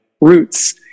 roots